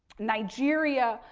nigeria,